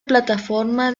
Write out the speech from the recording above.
plataforma